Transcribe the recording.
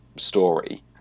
story